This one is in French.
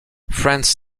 franz